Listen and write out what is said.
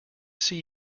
see